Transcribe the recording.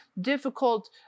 difficult